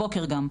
הבוקר גם.